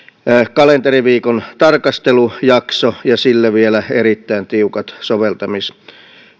kalenteriviikon tarkastelujakso ja sille vielä erittäin tiukat soveltamisehdot